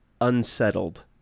unsettled